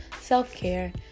self-care